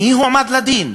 מי הועמד לדין?